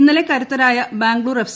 ഇന്നലെ കരുത്തരായ ബാംഗ്ലൂർ എഫ്